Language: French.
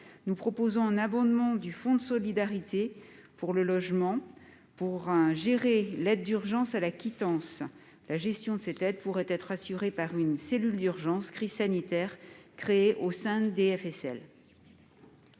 nous proposons un abondement du Fonds de solidarité pour le logement, afin de gérer l'aide d'urgence à la quittance. La gestion de cette aide pourrait être assurée par une cellule d'urgence « crise sanitaire » créée au sein du FSL.